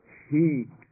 heat